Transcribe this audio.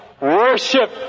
worship